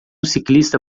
ciclista